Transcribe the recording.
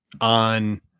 on